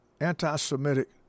anti-Semitic